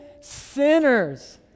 sinners